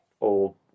old